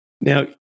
Now